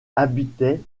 habitaient